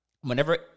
whenever